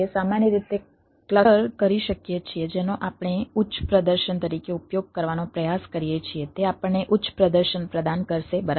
સામાન્ય રીતે ક્લસ્ટર કરીએ છીએ જેનો આપણે ઉચ્ચ તરીકે ઉપયોગ કરવાનો પ્રયાસ કરીએ છીએ તે આપણને ઉચ્ચ પ્રદર્શન પ્રદાન કરશે બરાબર